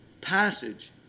passage